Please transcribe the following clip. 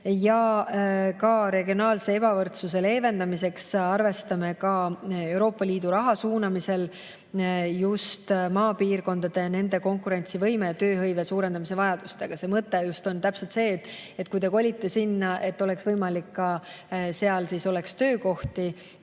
Ja ka regionaalse ebavõrdsuse leevendamiseks arvestame Euroopa Liidu raha suunamisel just maapiirkondade ja nende konkurentsivõime ja tööhõive suurendamise vajadustega. Mõte on see, et kui kolitakse sinna, siis ka seal oleks töökohti